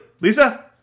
Lisa